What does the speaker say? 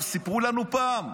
סיפרו לנו פעם: